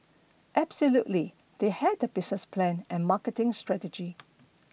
absolutely they had a business plan and marketing strategy